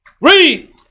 Read